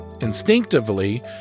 Instinctively